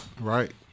Right